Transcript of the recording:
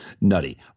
nutty